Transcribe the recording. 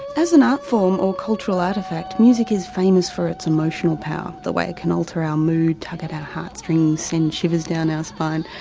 as an art form or cultural artefact, music is famous for its emotional power, the way it can alter our mood, tug at our heartstrings, send shivers down our spine.